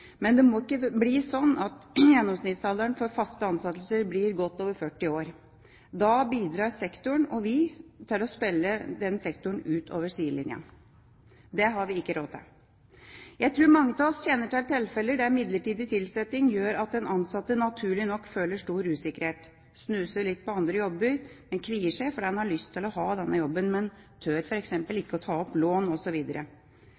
Men det må ikke bli slik at gjennomsnittsalderen for faste ansettelser blir godt over 40 år. Da bidrar sektoren og vi til å spille sektoren utover sidelinjen. Det har vi ikke råd til. Jeg tror mange av oss kjenner til tilfeller der midlertidig ansettelse gjør at den ansatte naturlig nok føler stor usikkerhet, snuser litt på andre jobber – en kvier seg fordi en har lyst til å ha denne jobben, men tør